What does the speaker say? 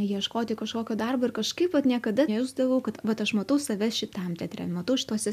ieškoti kažkokio darbo ir kažkaip vat niekada nejausdavau kad vat aš matau save šitam teatre matau šituose